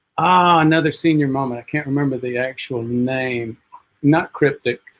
ah another senior moment i can't remember the actual name not cryptic